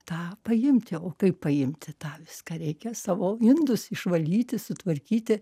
tą paimti o kaip paimti tą viską reikia savo indus išvalyti sutvarkyti